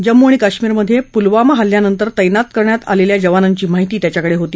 जम्मू आणि काश्मीरमध्यपुलवामा हल्ल्यांनंतर तैनात करण्यात आलल्या जवानांची माहिती त्याच्याकडविती